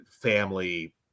family